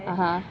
(uh huh)